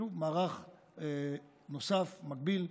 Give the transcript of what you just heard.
שוב: מערך נוסף, מקביל,